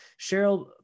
Cheryl